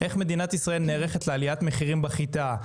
איך מדינת ישראל נערכת לעליית מחירים בחיטה,